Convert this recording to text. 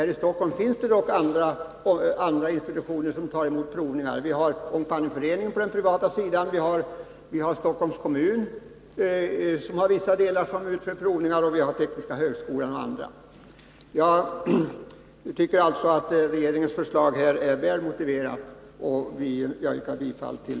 Här i Stockholm finns det dock andra institutioner som utför provningar, t.ex. Ångpanneföreningen på den privata sidan. Även vissa avdelningar inom Stockholms kommun, Tekniska högskolan etc., alltså inom den offentliga Jag tycker alltså att regeringens förslag är väl motiverat, och jag yrkar bifall